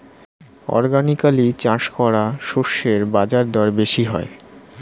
organically চাষ করা শস্যের বাজারদর বেশি হয়